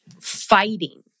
fighting